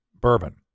bourbon